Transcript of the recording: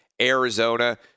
Arizona